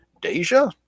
Deja